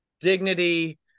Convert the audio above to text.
dignity